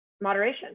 moderation